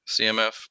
CMF